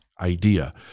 idea